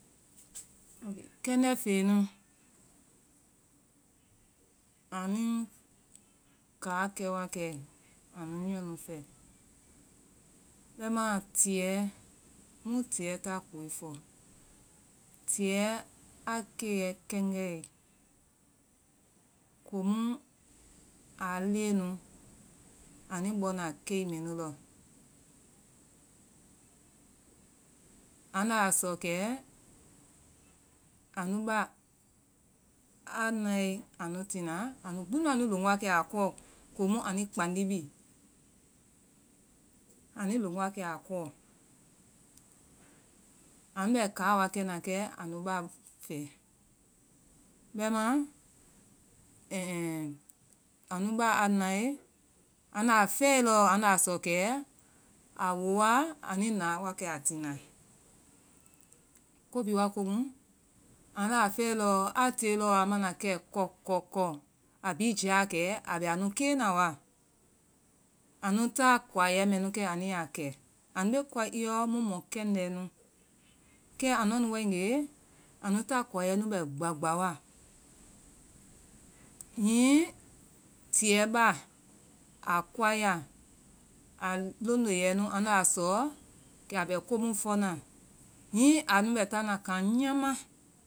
Kɛndɛ feŋe nu anui kaakɛ wakɛ anu nyɔɔ nu fɛ. bɛimaa tiyɛɛ mu tilyɛ ta koe fɔ. tiiyɛ aa keiyɛ kɛngɛe, komu a leŋɛ nui bɔna keimɛnu lɔ. anda sɔ kɛ anu ba aa nae anu tina, anu gbinu anui lonwa kɛ aa kɔɔ. Komu ani kpandi bi anui lon wa kɛ a kɔɔ anu bɛ kaa wa kɛna kɛ anu ba fɛ. bɛimaa ɛɛ-ɛɛŋ anu ba a nae anda fɛɛe lɔɔ anda sɔ kɛ. a woa anui na wa kɛ a tina. ko bihi woa komu andaa fɛɛe lɔɔ aa tiye a mana kɛ, kɔ kɔ kɔ a bihi jiyaa kɛi, a bɛ anu keena wa anu ta koawɛ mɛnu kɛ anuya kɛ. anu bee koae i yɔ mu mɔ kɛndɛȧ nu. kɛ anua nu wae gee, anu ta koae kii bɛ gba gba wa. hihi tiyɛɛ ba a koaeya, a londiya nu kɛ anda sɔ abɛ kɛmu fɔna, hihi anu bɛ taana kan nyaama.